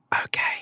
Okay